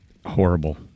Horrible